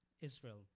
Israel